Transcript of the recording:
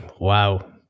Wow